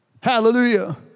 Hallelujah